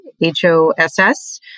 H-O-S-S